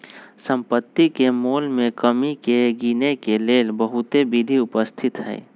सम्पति के मोल में कमी के गिनेके लेल बहुते विधि उपस्थित हई